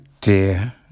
dear